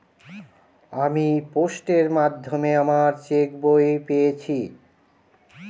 আমি পোস্টের মাধ্যমে আমার চেক বই পেয়েছি